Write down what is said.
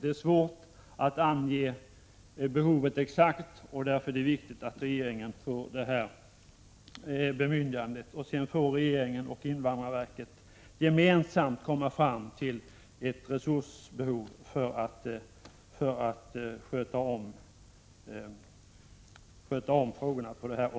Det är svårt att ange behovet exakt, och därför bör regeringen få detta bemyndigande, så att regeringen och invandrarverket gemensamt får komma fram till resursbehovet för att klara uppgifterna.